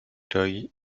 toy